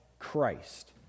christ